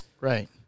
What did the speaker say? Right